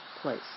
place